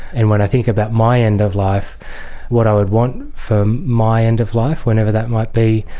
and when i think about my end-of-life, what i would want for my end-of-life, whenever that might be,